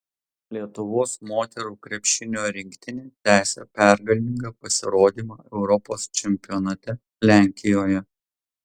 lietuvos moterų krepšinio rinktinė tęsia pergalingą pasirodymą europos čempionate lenkijoje